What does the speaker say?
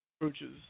approaches